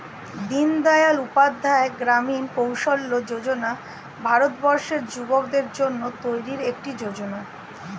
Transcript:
দিনদয়াল উপাধ্যায় গ্রামীণ কৌশল্য যোজনা ভারতবর্ষের যুবকদের জন্য তৈরি একটি যোজনা